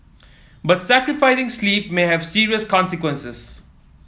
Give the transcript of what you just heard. but sacrificing sleep may have serious consequences